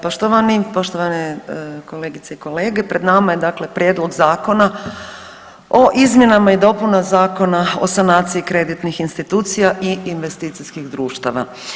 Poštovani, poštovane kolegice i kolege, pred nama je dakle Prijedlog zakona o izmjenama i dopuna Zakona o sanaciji kreditnih institucija i investicijskih društava.